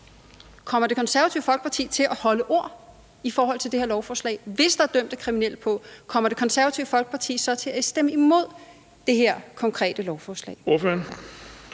Kommer Det Konservative Folkeparti til at holde ord i forhold til det her lovforslag? Hvis der er dømte kriminelle på, kommer Det Konservativt Folkeparti så til at stemme imod det her konkrete lovforslag?